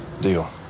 Deal